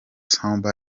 somebody